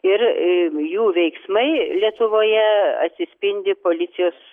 ir jų veiksmai lietuvoje atsispindi policijos